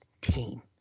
team